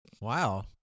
wow